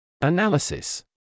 Analysis